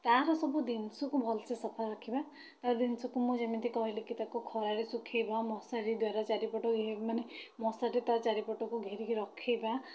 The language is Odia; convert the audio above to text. ତା'ର ସବୁ ଜିନିଷକୁ ଭଲ ସେ ସଫା ରଖିବା ତା' ଜିନିଷକୁ ମୁଁ ଯେମିତି କହିଲିକି ତାକୁ ଖରାରେ ଶୁଖାଇବା ମଶାରୀ ଦ୍ଵାରା ଚାରିପଟ ଇଏ ମାନେ ମଶାରୀ ତା' ଚାରିପଟକୁ ଘେରିକି ରଖିବା